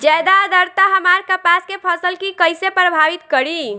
ज्यादा आद्रता हमार कपास के फसल कि कइसे प्रभावित करी?